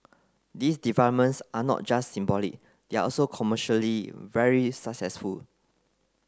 these developments are not just symbolic they are also commercially very successful